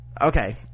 okay